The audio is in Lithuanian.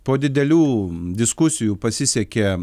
po didelių diskusijų pasisekė